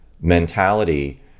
mentality